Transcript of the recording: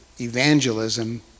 evangelism